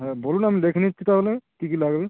হ্যাঁ বলুন আমি দেখে নিচ্ছি তাহলে কী কী লাগবে